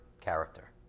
character